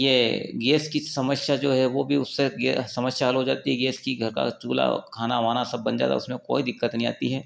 ये गेस की समस्या जो है वो भी उससे समस्या हल हो जाती है गैस की घर का चूल्हा खाना वाना सब बन जाता है उसमें कोई दिक्कत नहीं आती है